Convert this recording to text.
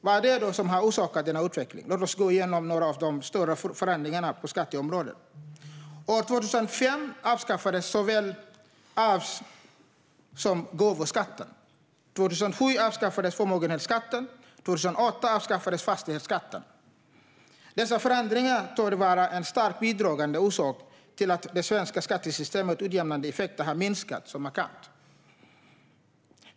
Vad är det då som har orsakat denna utveckling? Låt oss gå igenom några av de större förändringarna på skatteområdet. År 2005 avskaffades såväl arvs som gåvoskatten, 2007 avskaffades förmögenhetsskatten och 2008 avskaffades fastighetsskatten. Dessa förändringar torde vara en starkt bidragande orsak till att det svenska skattesystemets utjämnande effekter har minskat så markant.